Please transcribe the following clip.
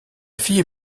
fille